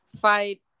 fight